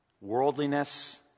Worldliness